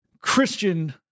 Christian